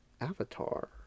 Avatar